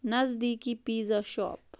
نزدیٖکی pizza shop